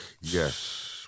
Yes